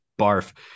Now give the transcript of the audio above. barf